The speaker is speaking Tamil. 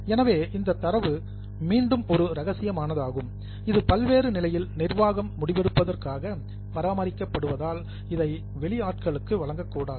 எனவே இந்த தரவு மீண்டும் ஒரு ரகசியமானதாகும் இது பல்வேறு நிலையில் நிர்வாகம் முடிவெடுப்பதற்காக பராமரிக்கப்படுவதால் இதை வெளி ஆட்களுக்கு வழங்கக்கூடாது